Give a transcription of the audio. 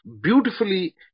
beautifully